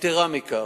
יתירה מזאת,